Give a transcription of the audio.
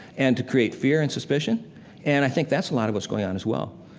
and to create fear and suspicion and i think that's a lot of what's going on as well.